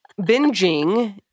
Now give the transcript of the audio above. binging